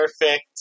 perfect